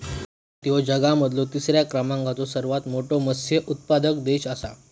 भारत ह्यो जगा मधलो तिसरा क्रमांकाचो सर्वात मोठा मत्स्य उत्पादक देश आसा